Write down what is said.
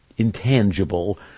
intangible